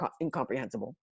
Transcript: incomprehensible